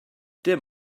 dim